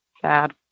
sad